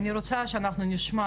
אני רוצה שאנחנו נשמע